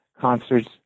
Concerts